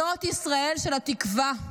זו ישראל של התקווה,